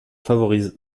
favorise